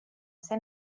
ser